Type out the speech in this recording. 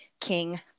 King